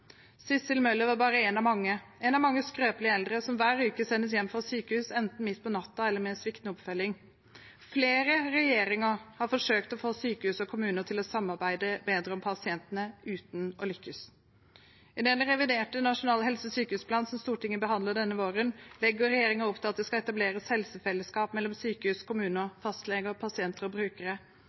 bare en av mange – en av mange skrøpelige eldre som hver uke sendes hjem fra sykehus enten midt på natten eller med sviktende oppfølging. Flere regjeringer har forsøkt å få sykehus og kommuner til å samarbeide bedre om pasientene, uten å lykkes. I den reviderte nasjonale helse- og sykehusplanen som Stortinget behandler denne våren, legger regjeringen opp til at det skal etableres helsefellesskap mellom sykehus, kommuner, fastleger, pasienter og brukere.